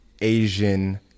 Asian